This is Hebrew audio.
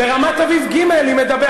ברמת-אביב ג' לפחות אני לא גונבת קלפי.